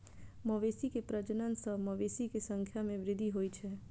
मवेशी के प्रजनन सं मवेशी के संख्या मे वृद्धि होइ छै